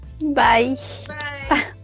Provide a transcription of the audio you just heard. Bye